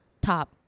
top